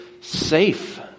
safe